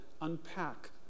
unpack